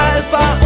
Alpha